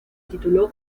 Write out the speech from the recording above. tituló